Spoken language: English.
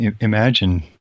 Imagine